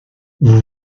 vous